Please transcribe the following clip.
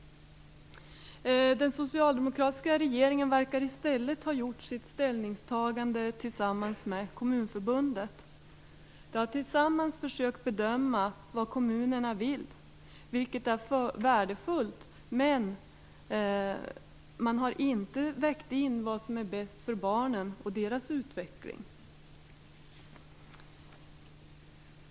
Den socialdemokratiska regeringen verkar i stället ha gjort sitt ställningstagande tillsammans med Kommunförbundet. De har tillsammans försökt bedöma vad kommunerna vill, vilket är värdefullt, men man har inte vägt in vad som är bäst för barnen och deras utveckling.